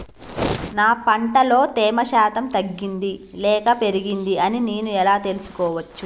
నా పంట లో తేమ శాతం తగ్గింది లేక పెరిగింది అని నేను ఎలా తెలుసుకోవచ్చు?